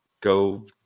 go